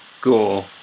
gore